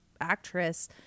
actress